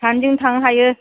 सानैणजों थांनो हायो